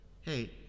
Hey